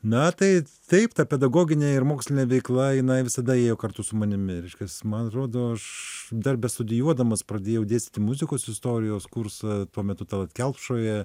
na tai taip ta pedagoginė ir mokslinė veikla jinai visada ėjo kartu su manimi reiškias man atrodo aš dar bestudijuodamas pradėjau dėstyti muzikos istorijos kursą tuo metu tallat kelpšoje